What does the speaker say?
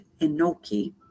Enoki